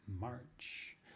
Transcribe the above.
March